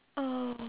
oh